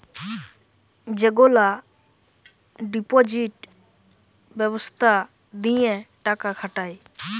যেগলা ডিপজিট ব্যবস্থা দিঁয়ে টাকা খাটায়